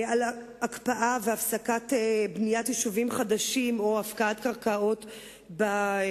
על הקפאה והפסקה של בניית יישובים חדשים או הפקעת קרקעות בהתנחלויות,